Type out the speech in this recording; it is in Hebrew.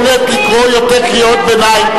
אין יכולת לקרוא יותר קריאות ביניים.